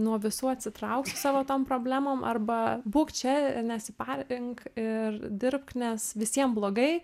nuo visų atsitrauk su savo tom problemom arba būk čia ir nesiparink ir dirbk nes visiem blogai